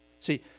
See